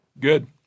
Good